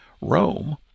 Rome